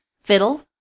fiddle